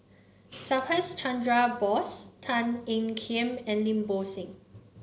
Subhas Chandra Bose Tan Ean Kiam and Lim Bo Seng